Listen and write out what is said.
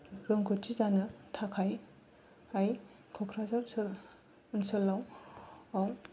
रोंगौथि जानो थाखाय क'क्राझार सोहोर ओनसोलाव